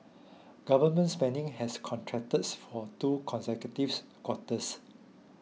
government spending has contracted for two consecutives quarters